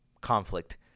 conflict